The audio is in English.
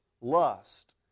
lust